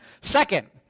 Second